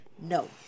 No